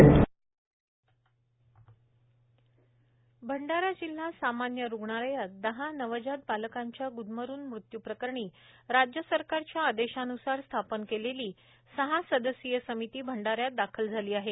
प्र्वतयारी भंडारा जिल्हा सामान्य रूग्णालयात दहा नवजात बालकांच्या गुदमरून मृत्यू प्रकरणी राज्य सरकारच्या आदेशान्सार स्थापन केलेली सहा सदस्यीय समिती भंडाऱ्यात दाखल झाली आहे